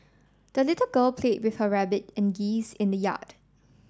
the little girl played with her rabbit and geese in the yard